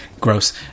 Gross